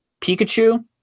Pikachu